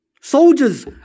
Soldiers